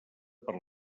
per